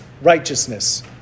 righteousness